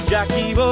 Jackie